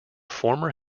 former